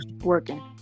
working